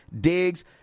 digs